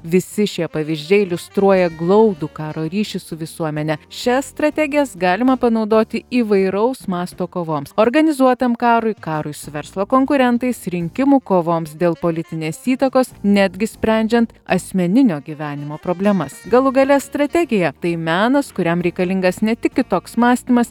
visi šie pavyzdžiai iliustruoja glaudų karo ryšį su visuomene šias strategijas galima panaudoti įvairaus masto kovoms organizuotam karui karui su verslo konkurentais rinkimų kovoms dėl politinės įtakos netgi sprendžiant asmeninio gyvenimo problemas galų gale strategija tai menas kuriam reikalingas ne tik kitoks mąstymas